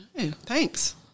Thanks